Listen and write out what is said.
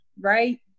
right